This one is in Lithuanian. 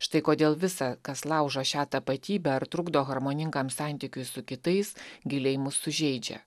štai kodėl visa kas laužo šią tapatybę ar trukdo harmoningam santykiui su kitais giliai mus sužeidžia